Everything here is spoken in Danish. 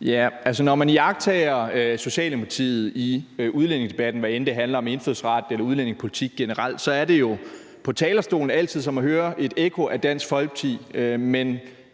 Mikkel Bjørn (DF): Når man iagttager Socialdemokratiet i udlændingedebatten, hvad enten det handler om indfødsret eller udlændingepolitik generelt, så er det jo på talerstolen altid som at høre et ekko af Dansk Folkeparti. Men